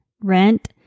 rent